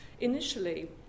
initially